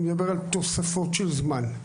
אני מדבר על תוספות של זמן,